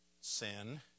sin